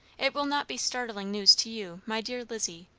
it will not be startling news to you, my dear lizzie,